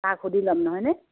তাক সুধি ল'ম নহয়নে